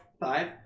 Five